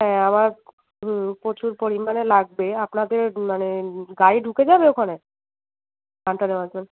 হ্যাঁ আমার হুম প্রচুর পরিমাণে লাগবে আপনাদের মানে গাড়ি ঢুকে যাবে ওখানে ধানটা নেওয়ার জন্য